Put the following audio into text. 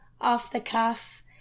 off-the-cuff